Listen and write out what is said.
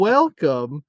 Welcome